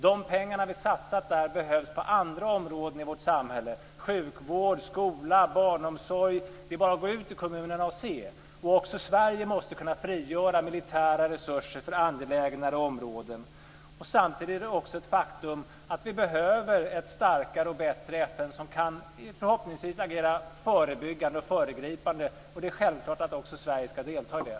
De pengar som vi satsat där behövs på andra områden i vårt samhälle - sjukvård, skola, barnomsorg. Det är bara att gå ut i kommunerna och se. Också Sverige måste kunna frigöra militära resurser för angelägnare områden. Samtidigt är det också ett faktum att vi behöver ett starkare och bättre FN som förhoppningsvis kan agera förebyggande och föregripande. Det är självklart att också Sverige skall delta i det.